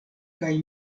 kaj